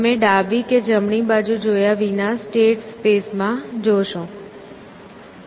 તમે ડાબી કે જમણી બાજુ જોયા વિના સ્ટેટ સ્પેસ માં જોશો